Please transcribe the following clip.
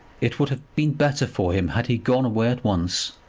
it would have been better for him had he gone away at once.